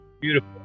Beautiful